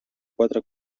quatre